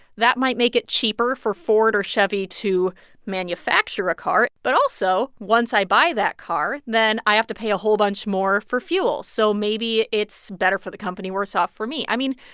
that might make it cheaper for ford or chevy to manufacture a car, but, also, once i buy that car, then i have to pay a whole bunch more for fuel, so maybe it's better for the company, worse off for me. i mean,